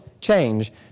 change